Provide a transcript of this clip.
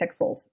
pixels